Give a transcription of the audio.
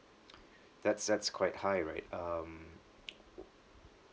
that's that's quite high right um